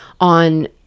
on